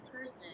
person